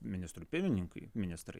ministrui pirmininkui ministrai